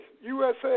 USA